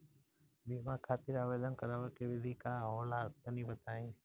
बीमा खातिर आवेदन करावे के विधि का होला तनि बताईं?